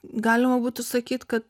galima būtų sakyt kad